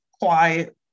quiet